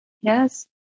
Yes